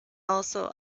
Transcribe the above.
also